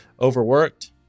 Overworked